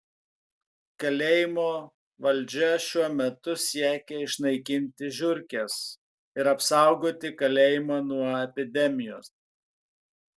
kalėjimo valdžia šiuo metu siekia išnaikinti žiurkes ir apsaugoti kalėjimą nuo epidemijos